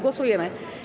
Głosujemy.